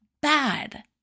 bad